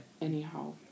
anyhow